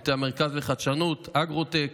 את המרכז לחדשנות אגרוטק.